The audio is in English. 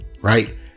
right